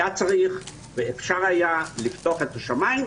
היה צריך ואפשר היה לפתוח את השמים,